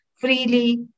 freely